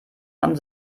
man